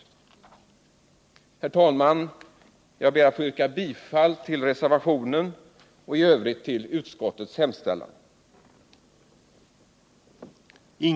Herr talman! Jag ber att få yrka bifall till reservationen och i övrigt bifall till utskottets hemställan.